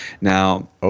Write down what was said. Now